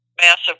massive